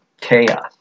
chaos